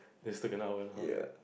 this took an hour and a half